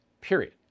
Period